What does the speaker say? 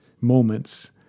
moments